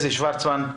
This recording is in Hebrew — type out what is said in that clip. שוורצמן,